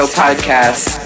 podcast